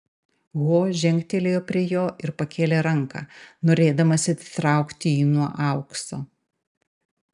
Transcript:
ho žengtelėjo prie jo ir pakėlė ranką norėdamas atitraukti jį nuo aukso